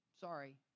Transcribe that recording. sorry